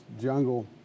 jungle